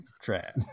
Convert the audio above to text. trap